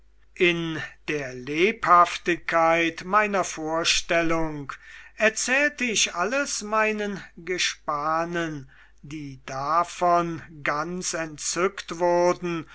in der lebhaftigkeit meiner vorstellung erzählte ich alles meinen gespannen die davon ganz entzückt wurden